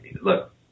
Look